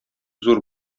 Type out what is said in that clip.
зур